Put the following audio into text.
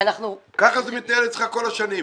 כך זה מתנהל אצלך כל השנים.